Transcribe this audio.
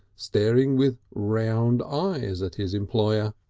staring with round eyes at his employer.